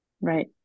Right